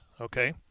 okay